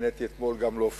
נהניתי אתמול להופיע